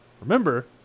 Remember